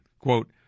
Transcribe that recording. Quote